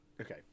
Okay